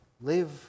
live